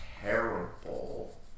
terrible